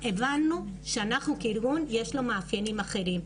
כי אנחנו הבנו שאנחנו כארגון בעלי מאפיינים אחרים.